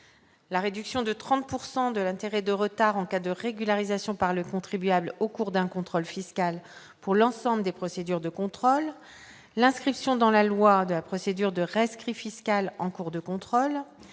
la réduction de 30 pourcent de l'intérêt de retard en cas de régularisation par le contribuable au cours d'un contrôle fiscal pour l'ensemble des procédures de contrôle, l'inscription dans la loi de la procédure de rescrit fiscal en cours de contrôle